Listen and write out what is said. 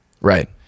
Right